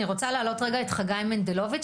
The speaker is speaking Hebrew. אני רוצה להעלות רגע את חגי מנדלוביץ',